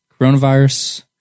coronavirus